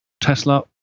Tesla